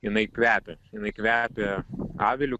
jinai kvepia jinai kvepia aviliu